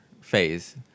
phase